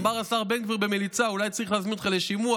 אמר השר בן גביר במליצה: אולי צריך להזמין אותך לשימוע,